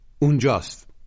Unjust